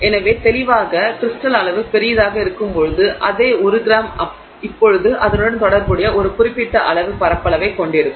எனவே தெளிவாக கிரிஸ்டல் அளவு பெரிதாக இருக்கும்போது அதே 1 கிராம் இப்போது அதனுடன் தொடர்புடைய ஒரு குறிப்பிட்ட அளவு பரப்பளவைக் கொண்டிருக்கும்